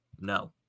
no